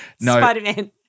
Spider-Man